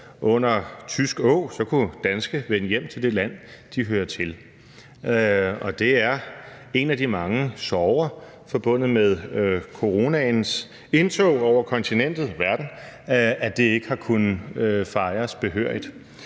under tysk åg kunne danske vende hjem til det land, de hørte til. Og det er en af de mange sorger forbundet med coronaens indtog over kontinentet og verden, at det ikke har kunnet fejres behørigt.